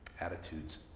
Attitudes